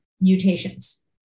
mutations